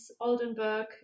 Oldenburg